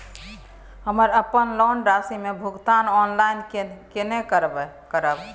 हम अपन लोन राशि के भुगतान ऑनलाइन केने करब?